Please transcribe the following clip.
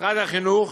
משרד החינוך,